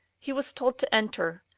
he was told to enter,